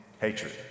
hatred